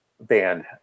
band